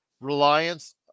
reliance